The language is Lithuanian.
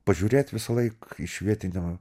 pažiūrėt visąlaik iš vietinio